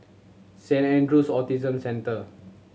Saint Andrew's Autism Centre